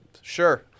Sure